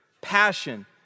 Passion